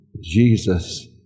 Jesus